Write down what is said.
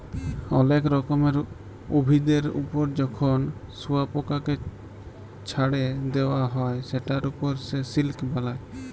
অলেক রকমের উভিদের ওপর যখন শুয়পকাকে চ্ছাড়ে দেওয়া হ্যয় সেটার ওপর সে সিল্ক বালায়